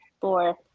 Four